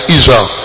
Israel